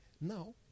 Now